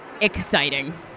exciting